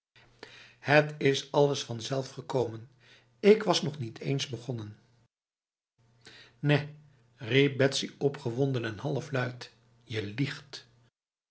het is alles vanzelf gekomen ik was nog niet eens begonnen nèh riep betsy opgewonden en halfluid je liegt